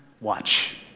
watch